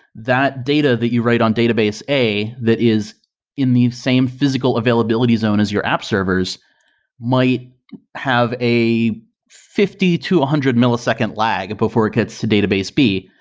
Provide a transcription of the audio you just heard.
that data that you write on database a that is in the same physical availability zone as your app servers might have a fifty to one hundred millisecond lag before it gets to database b,